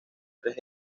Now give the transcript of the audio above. tres